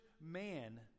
man